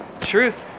truth